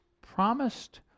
promised